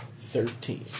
Thirteen